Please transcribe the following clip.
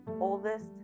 oldest